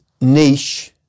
niche